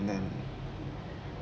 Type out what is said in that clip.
and then